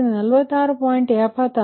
76 ಮತ್ತು73